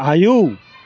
आयौ